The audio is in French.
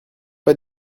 pas